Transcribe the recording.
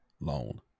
loan